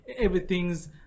everything's